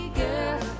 girl